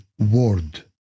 Word